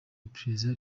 iperereza